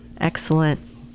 Excellent